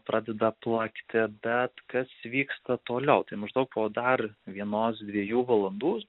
pradeda plakti bet kas vyksta toliau tai maždaug po dar vienos dviejų valandų